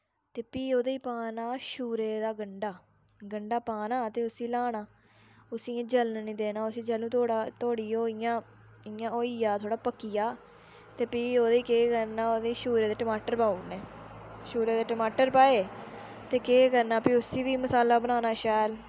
ते फ्ही ओह्दे च पाना शूरे दा ग'ण्डा गण्डा पाना ते उस्सी हलाना उस्सी इ'यां जल्न निं देना जैल्लूं तोड़ी ओह् इ'यां होईयां थोड़ा पक्किया ते फ्ही ओह्दे च केह् करना ओह्दे च छूरे दे टमाटर पाउड़ने छूरे दे टमाटर पाए ते केह् करना फ्ही उस्सी बी मसाला बनाना शैल